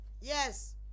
Yes